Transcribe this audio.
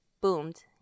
boomed